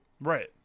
Right